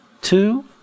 Two